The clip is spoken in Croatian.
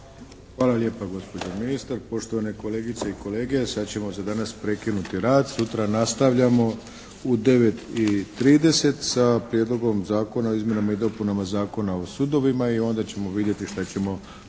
Hvala lijepo gospođo ministar. Poštovane kolegice i kolege sada ćemo za danas prekinuti rad. Sutra nastavljamo u 9,30 sa Prijedlogom zakona o izmjenama i dopunama Zakona o sudovima i onda ćemo vidjeti šta ćemo